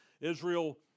Israel